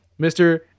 Mr